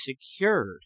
secured